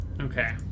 Okay